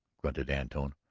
grunted antone.